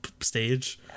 stage